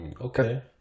Okay